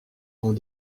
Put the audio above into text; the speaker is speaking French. ont